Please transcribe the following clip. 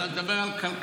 אבל אני מדבר על כלכלה.